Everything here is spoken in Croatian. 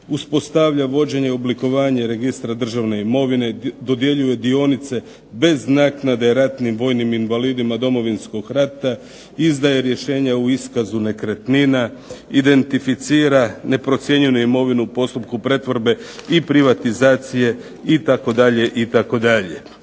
uspostavlja vođenje i oblikovanje registra državne imovine, dodjeljuje dionice, bez naknade ratnim vojnim invalidima Domovinskog rata, izdaje rješenja o iskazu nekretnina, identificira neprocijenjenu imovinu u postupku pretvorbe i privatizacije itd., itd.